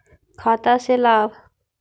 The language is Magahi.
खाता से लाभ?